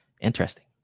Interesting